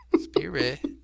Spirit